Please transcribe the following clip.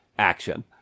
action